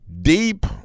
deep